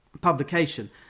publication